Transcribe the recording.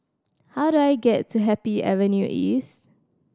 how do I get to Happy Avenue East